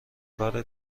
کار